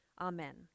Amen